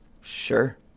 sure